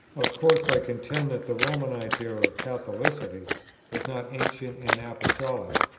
of course i contended that the roman idea of catholicity was not ancient and apostolic.